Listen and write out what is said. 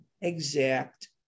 exact